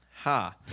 Ha